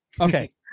okay